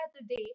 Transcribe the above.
today